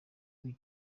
w’iyi